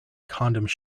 condoms